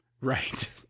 Right